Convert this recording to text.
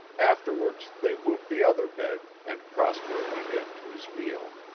afterwards they moved the other bed and prosper went in to his meal.